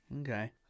Okay